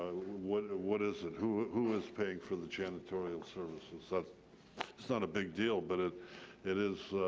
what and what is it? who is paying for the janitorial services? that's not a big deal, but it it is,